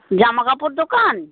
জামা কাপড় দোকান